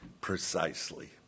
precisely